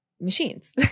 machines